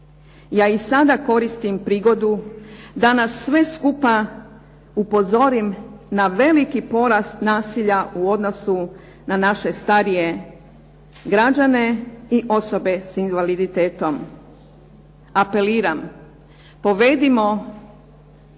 Ja i sada koristim prigodu da nas sve skupa upozorim na veliki porast nasilja u odnosu na naše starije građane i osobe sa invaliditetom. Apeliram, povedimo